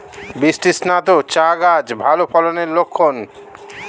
বৃষ্টিস্নাত চা গাছ ভালো ফলনের লক্ষন